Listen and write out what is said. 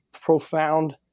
profound